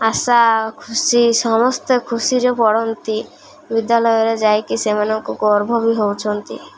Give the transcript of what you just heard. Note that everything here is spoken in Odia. ଆଶା ଖୁସି ସମସ୍ତେ ଖୁସିରେ ପଢ଼ନ୍ତି ବିଦ୍ୟାଳୟରେ ଯାଇକି ସେମାନଙ୍କୁ ଗର୍ବ ବି ହେଉଛନ୍ତି